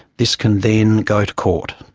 this can then go to court.